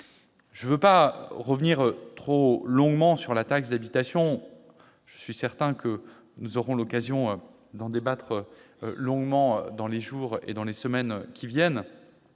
Je ne reviendrai pas trop longuement sur la taxe d'habitation, car je suis certain que nous aurons l'occasion d'en débattre dans les jours et les semaines qui viennent.